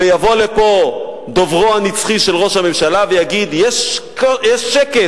יבוא לפה דוברו הנצחי של ראש הממשלה ויגיד: יש שקט,